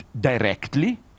directly